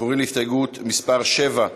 אנחנו עוברים להסתייגות מס' 7,